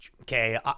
okay